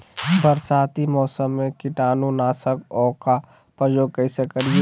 बरसाती मौसम में कीटाणु नाशक ओं का प्रयोग कैसे करिये?